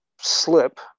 slip